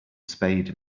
spade